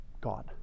God